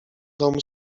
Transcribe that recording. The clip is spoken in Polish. dom